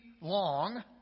long